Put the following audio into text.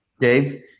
Dave